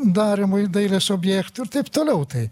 darymui dailės objektų ir taip toliau tai